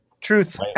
Truth